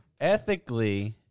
Ethically